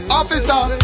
officer